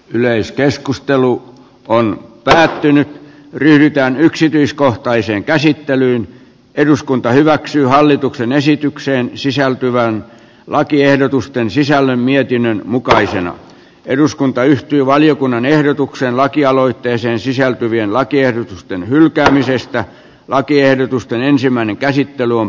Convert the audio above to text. yleiskeskustelu on päättynyt ryhdytäänyksityiskohtaiseen käsittelyyn eduskunta hyväksyy hallituksen esitykseen sisältyvän lakiehdotusten sisällön mietinnön mukaisena eduskunta yhtyi valiokunnan ehdotukseen lakialoitteeseen sisältyvien mielestäni oikea tapa toimia tässä asiassa